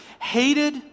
Hated